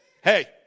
Hey